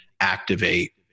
activate